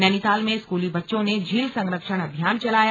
नैनीताल में स्कूली बच्चों ने झील संरक्षण अभियान चलाया